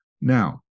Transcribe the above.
Now